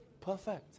perfect